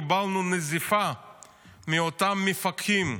קיבלנו נזיפה מאותם מפקחים,